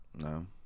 No